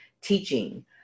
teaching